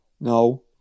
no